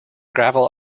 gravel